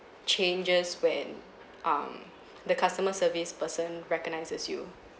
changes when um the customer service person recognizes you